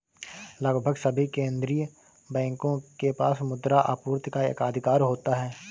लगभग सभी केंदीय बैंकों के पास मुद्रा आपूर्ति पर एकाधिकार होता है